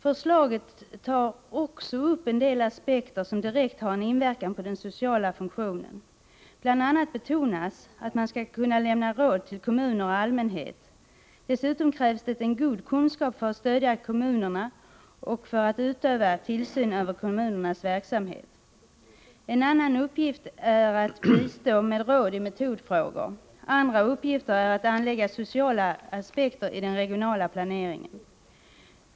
Förslaget tar också upp en del aspekter som direkt har inverkan på den sociala funktionen. Bl.a. betonas att den sociala funktionen skall kunna lämna råd till kommuner och allmänhet. Dessutom framhålls att det krävs god kunskap för att stödja kommunerna och för att utöva tillsyn över kommunernas verksamhet. Andra uppgifter är att bistå med råd i metodfrågor och att anlägga sociala aspekter på den regionala planeringen.